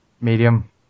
Medium